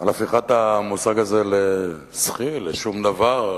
על הפיכת המושג הזה לשום דבר.